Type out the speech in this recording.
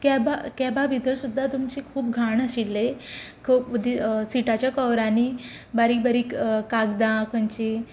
कॅबा कॅबा भितर सुद्दां तुमची खूब घाण आशिल्ली सिटाच्या कव्हरांनी बारीक बारीक कागदां खंयचीं